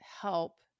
help